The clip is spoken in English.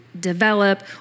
develop